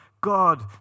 God